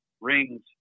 rings